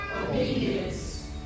Obedience